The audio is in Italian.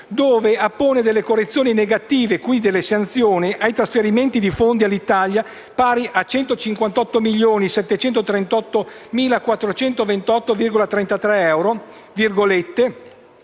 dove appone delle correzioni negative (sanzioni) ai trasferimenti di fondi all'Italia pari a 158.738.428,33 euro: